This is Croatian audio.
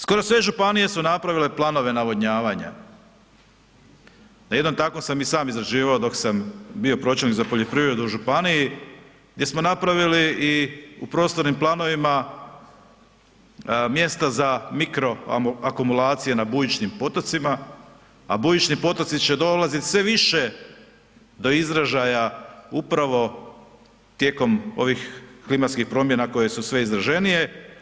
Skoro sve županije su napravile planove navodnjavanja, na jednom takvom sam i sam izrađivao dok sam bio pročelnik za poljoprivredu u županiji gdje smo napravili i u prostornim planovima mjesta za mikro akumulacije na bujičnim potocima, a bujični potoci će dolazit sve više do izražaja upravo tijekom ovih klimatskih promjena koje su sve izraženije.